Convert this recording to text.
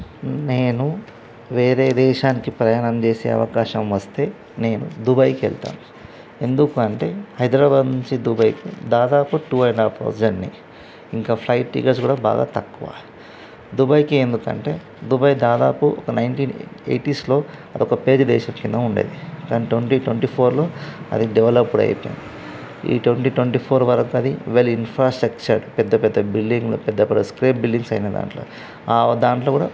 నేను వేరే దేశానికి ప్రయాణం చేసే అవకాశం వస్తే నేను దుబాయ్కి వెళ్తాను ఎందుకంటే హైదరాబాద్ నుంచి దుబాయ్ దాదాపు two and half hour journey ఇంకా ఫ్లైట్ టికెట్స్ కూడా బాగా తక్కువ దుబాయ్కే ఎందుకంటే దుబాయ్ దాదాపు ఒక నైన్టీన్ ఎయిటీస్లో అది ఒక పేద దేశం కింద ఉండేది కానీ ట్వంటీ ట్వంటీ ఫోర్లో అది డెవలప్డ్ అయిపోయింది ఈ ట్వంటీ ట్వంటీ ఫోర్ వరకు అది వాళ్ళ ఇన్ఫ్రాస్ట్రక్చర్ పెద్ద పెద్ద బిల్డింగ్లు పెద్ద పెద్ద స్క్వేర్ బిల్డింగ్స్ అయినాయి దాంట్లోవి దానిలో కూడా